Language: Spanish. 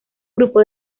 grupo